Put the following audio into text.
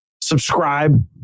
Subscribe